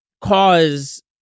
cause